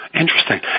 Interesting